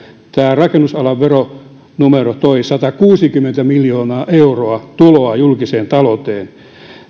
tämä rakennusalan veronumero toi satakuusikymmentä miljoonaa euroa tuloa julkiseen talouteen